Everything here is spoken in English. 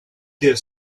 clear